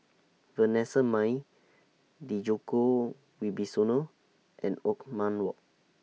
Vanessa Mae Djoko Wibisono and Othman Wok